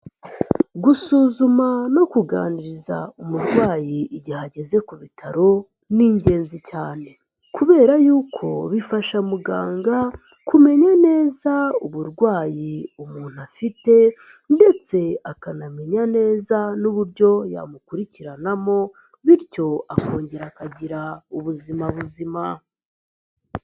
Gusuzuma no kuganiriza umurwayi igihe ageze ku bitaro, ni ingenzi cyane kubera yuko bifasha muganga kumenya neza uburwayi umuntu afite ndetse akanamenya neza n'uburyo yamukurikiranamo, bityo akongera akagira ubuzima buzima.